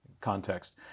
context